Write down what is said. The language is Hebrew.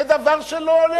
זה דבר שלא עולה על הדעת.